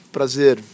Prazer